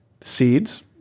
seeds